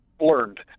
learned